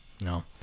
No